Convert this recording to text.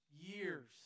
years